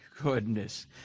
Goodness